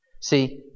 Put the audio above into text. See